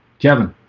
kevin.